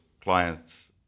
clients